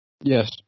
Yes